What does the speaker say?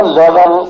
level